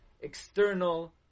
external